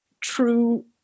true